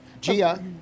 Gia